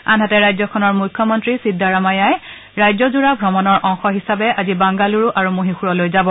আনহাতে ৰাজ্যখনৰ মুখ্যমন্ত্ৰী চিদ্দাৰমায়াই ৰাজ্যজোৰা ভ্ৰমণৰ অংশ হিচাপে আজি বাংগালুৰু আৰু মহীশূৰলৈ যাব